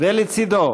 לצידו,